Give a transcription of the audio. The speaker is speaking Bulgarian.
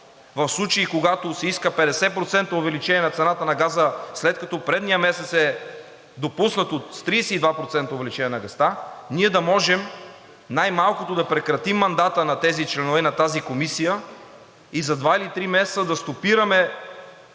в случаи когато се иска 50% увеличение на цената на газа, след като предният месец е допуснато с 32% увеличение на газа, ние да можем най-малкото да прекратим мандата на тези членове на тази комисия и за два или три месеца да стопираме